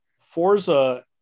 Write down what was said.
Forza